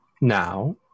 now